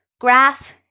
grass